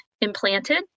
implanted